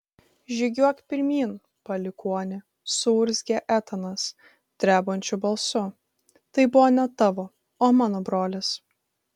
žygiuok pirmyn palikuoni suurzgė etanas drebančiu balsu tai buvo ne tavo o mano brolis